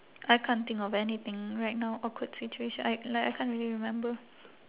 I can't think of anything right now awkward situation I like I can't really remember